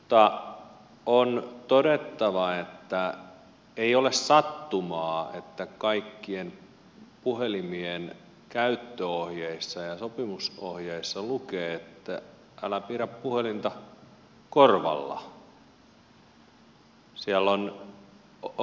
mutta on todettava että ei ole sattumaa että kaikkien puhelimien käyttöohjeissa ja sopimusohjeissa lukee että älä pidä puhelinta korvalla